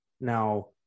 Now